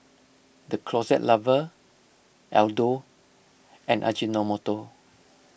the Closet Lover Aldo and Ajinomoto